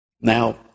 Now